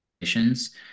missions